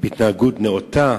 התנהגות נאותה?